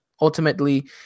Ultimately